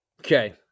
Okay